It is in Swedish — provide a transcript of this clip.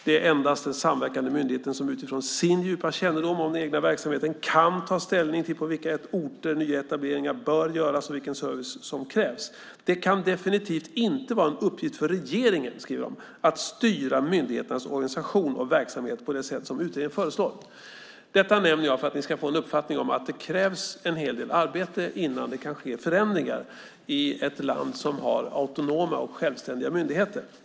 Det är endast den samverkande myndigheten som utifrån sin djupa kännedom om den egna verksamheten kan ta ställning till på vilka orter nya etableringar bör göras och vilken service som krävs. Det kan definitivt inte vara en uppgift för regeringen att styra myndigheternas organisation och verksamhet på det sätt som utredningen föreslår. Jag nämner detta för att ni ska få en uppfattning om att det krävs en hel del arbete innan det kan ske förändringar i ett land som har autonoma och självständiga myndigheter.